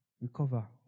Recover